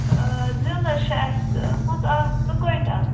آ زیُن حظ چھُ اَسہِ مان ژٕ زٕ کۄینٛٹَل